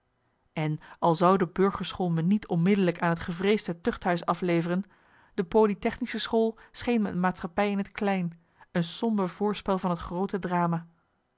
en al zou de burgerschool me niet onmiddellijk aan het gevreesde tuchthuis afleveren de politechnische school scheen me een maatschappij in t klein een somber voorspel van het groote drama